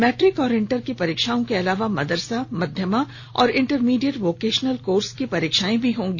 matric और inter की परीक्षाओं के अलावा मदरसा मध्यमा और इंटरमीडिएट वोकेशनल कोर्स की परीक्षाएं भी होंगी